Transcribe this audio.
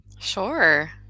Sure